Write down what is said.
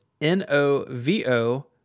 n-o-v-o